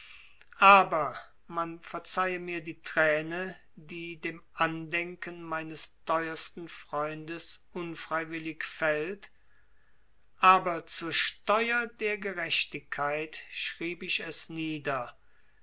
aber man verzeihe mir die träne die dem andenken meines teuersten freundes unfreiwillig fällt aber zur steuer der gerechtigkeit schreib ich es nieder